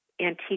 antique